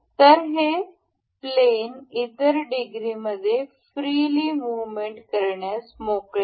तर हे प्लेन इतर डिग्रीमध्ये फ्रीली मुहमेंट करण्यास मोकळे आहे